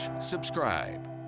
subscribe